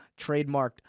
trademarked